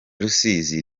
rusizi